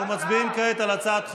אנחנו מצביעים כעת על הצעת חוק-יסוד: